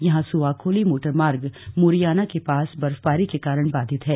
यहां सुवाखोली मोटर मार्ग मोरियाना के पास बर्फबारी के कारण बाधित है